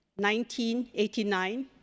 1989